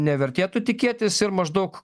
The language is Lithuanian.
nevertėtų tikėtis ir maždaug